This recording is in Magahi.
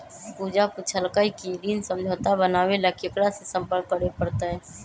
पूजा पूछल कई की ऋण समझौता बनावे ला केकरा से संपर्क करे पर तय?